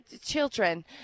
children